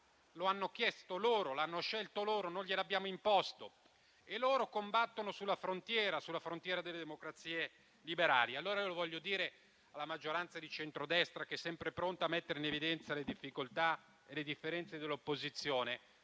Lo hanno chiesto loro, l'hanno scelto loro, non glielo abbiamo imposto noi. Loro combattono sulla frontiera delle democrazie liberali. Mi rivolgo alla maggioranza di centrodestra, che è sempre pronta a mettere in evidenza le difficoltà e le differenze dell'opposizione: